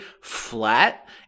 flat